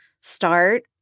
start